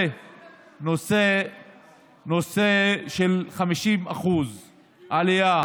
נושא של 50% עלייה